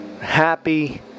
happy